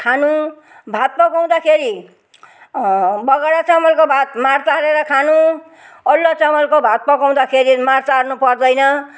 खानु भात पकाउँदाखेरि बगडा चामलको भात माड तारेर खानु अलुवा चामलको भात पकाउँदाखेरि माड तार्नु पर्दैन